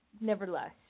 nevertheless